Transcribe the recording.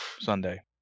Sunday